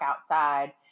outside